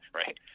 right